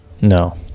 no